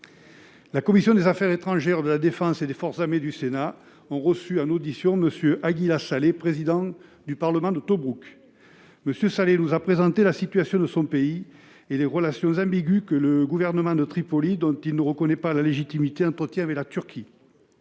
La commission des affaires étrangères, de la défense et des forces armées du Sénat a reçu en audition M. Aguila Saleh, président du parlement de Tobrouk. M. Saleh nous a présenté la situation de son pays et les relations ambiguës que le gouvernement de Tripoli, dont il ne reconnaît pas la légitimité, entretient avec la Turquie.